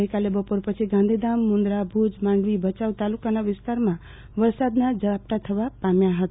ગઈકાલે બપોર પછી ગાંધીધામમુન્દ્રાભુજમાંડવીભચાઉ તાલુકાના વિસ્તારમાં વરસાદ નાં ઝાપટાં થવા પામ્યા હતા